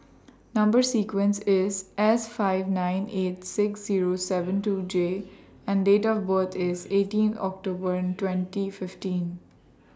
Number sequence IS S five nine eight six Zero seven two J and Date of birth IS eighteen October twenty fifteen